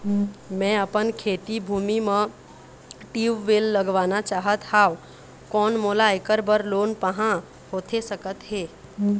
मैं अपन खेती भूमि म ट्यूबवेल लगवाना चाहत हाव, कोन मोला ऐकर बर लोन पाहां होथे सकत हे?